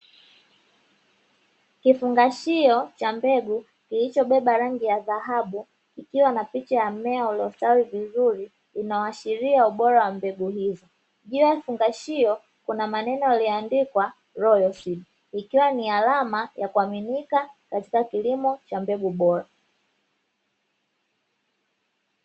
Kifungashio cha mbegu kilichobeba rangi ya dhahabu kikiwa na picha ya mmea uliostawi vizuri unaoashiria ubora wa mbegu hizo, juu ya kifungashio kuna maeneo yaliyoandikwa "royalseed", ikiwa ni alama ya kuaminika katika kilimo cha mbegu bora.